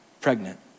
pregnant